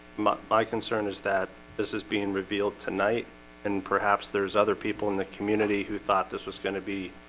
my my concern is that this is being revealed tonight and perhaps there's other people in the community who thought this was going to be